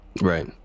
Right